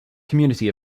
community